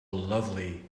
lovely